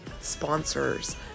sponsors